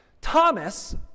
Thomas